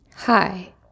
Hi